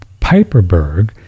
Piperberg